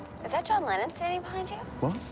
is that john lennon standing behind you? what?